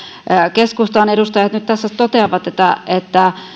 keskustan edustajat nyt tässä toteavat